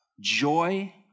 Joy